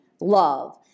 love